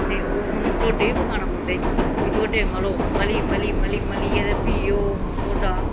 ते ओह् हून टोडे बी पकाने पौंदे फ्ही टोडे मलो मली मली मली मलियै ते फ्ही ओह् टोडा